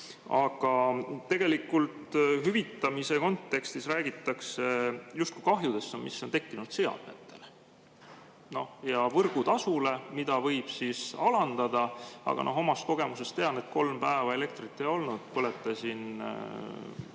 Tegelikult hüvitamise kontekstis räägitakse justkui kahjudest, mis on tekkinud seadmetele ja võrgutasule, mida võib alandada. Aga omast kogemusest tean, et kui kolm päeva elektrit ei olnud, põletasin